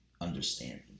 understanding